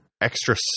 extra